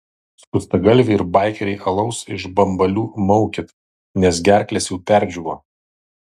skustagalviai ir baikeriai alaus iš bambalių maukit nes gerklės jau perdžiūvo